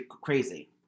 crazy